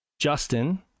Justin